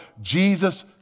Jesus